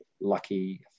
lucky